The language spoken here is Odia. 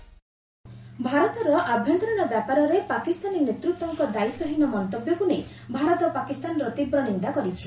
ଇଣ୍ଡିଆ ପାକିସ୍ତାନ ଭାରତର ଆଭ୍ୟନ୍ତରୀଣ ବ୍ୟାପାରରେ ପାକିସ୍ତାନୀ ନେତୃତ୍ୱଙ୍କ ଦାୟିତ୍ୱହୀନ ମନ୍ତବ୍ୟକୁ ନେଇ ଭାରତ ପାକିସ୍ତାନର ତୀବ୍ର ନିନ୍ଦା କରିଛି